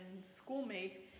schoolmate